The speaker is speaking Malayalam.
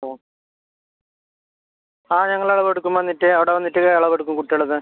ഓ ആ ഞങ്ങൾ അളവെടുക്കും വന്നിട്ട് അവിടെ വന്നിട്ട് അളവ് എടുക്കും കുട്ടിയുടേത്